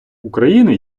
україни